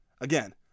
Again